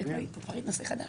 נתחיל בנושא הראשון,